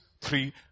three